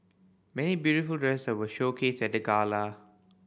many beautiful dresses were showcased at the gala